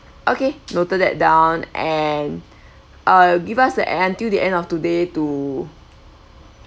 okay noted that down and uh give us the until the end of today to